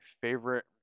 favorite